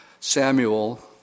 Samuel